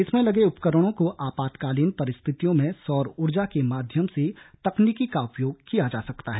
इसमें लगे उपकरणों को आपातकालीन परिस्थितियों में सौर ऊर्जा के माध्यम से तकनीकी का उपयोग किया जा सकता है